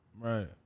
Right